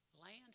land